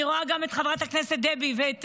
אני רואה גם את חברת הכנסת דבי ואת